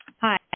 Hi